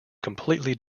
completely